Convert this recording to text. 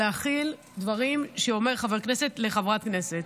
לא צריך להכיל דברים שאומר חבר כנסת לחברת כנסת.